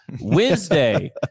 Wednesday